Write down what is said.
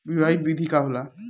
बुआई विधि का होला?